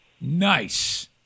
Nice